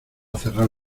cerrar